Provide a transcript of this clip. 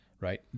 Right